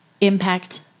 impact